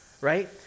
right